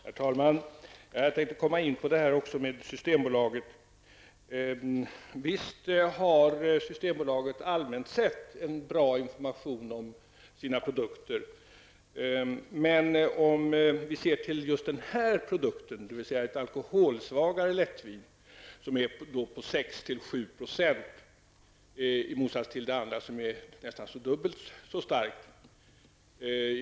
Herr talman! Jag tänkte också komma in på frågan om Systembolaget. Visst har Systembolaget allmänt sett en bra information om sina produkter. Nu talar vi emellertid om ett alkoholsvagare lättvin på 6--7 %, i motsats till det vanliga som är nästan dubbelt så starkt.